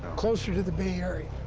closer to the bay area.